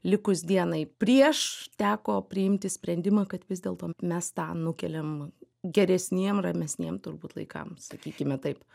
likus dienai prieš teko priimti sprendimą kad vis dėlto mes tą nukeliam geresniem ramesniem turbūt laikam sakykime taip